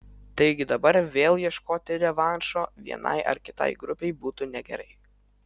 tai dabar vėl ieškoti revanšo vienai ar kitai grupei būtų negerai